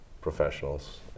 professionals